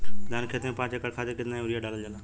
धान क खेती में पांच एकड़ खातिर कितना यूरिया डालल जाला?